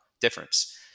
difference